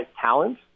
talent